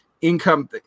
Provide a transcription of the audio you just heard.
income